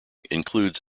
includes